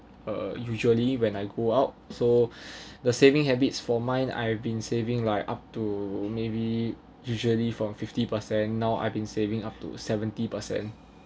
uh usually when I go out so the saving habits for mine I've been saving like up to maybe usually from fifty percent now I've been saving up to seventy percent